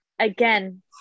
again